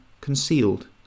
concealed